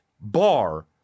bar